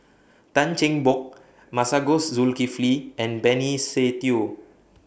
Tan Cheng Bock Masagos Zulkifli and Benny Se Teo